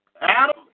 Adam